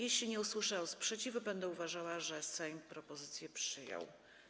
Jeśli nie usłyszę sprzeciwu, będę uważała, że Sejm propozycję przyjął.